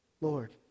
Lord